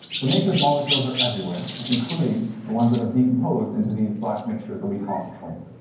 so nature's molecules are everywhere, including the ones that have decomposed into these black mixtures that we call petroleum.